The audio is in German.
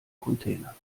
container